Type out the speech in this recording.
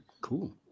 Cool